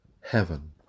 Heaven